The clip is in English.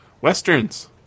Westerns